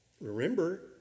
Remember